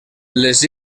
les